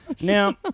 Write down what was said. Now